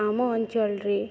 ଆମ ଅଞ୍ଚଳରେ